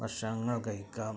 ഭക്ഷണങ്ങൾ കഴിക്കാം